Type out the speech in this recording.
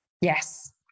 Yes